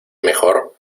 mejor